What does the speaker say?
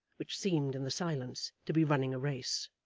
which seemed in the silence to be running a race.